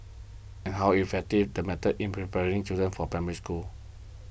and how effective the methods in preparing children for Primary School